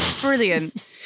Brilliant